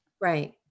Right